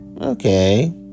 Okay